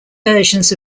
versions